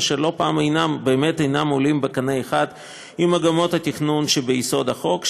אשר לא פעם באמת אינם עולים בקנה אחד עם מגמות התכנון שביסוד החוק,